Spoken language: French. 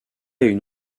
une